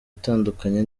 itandukanye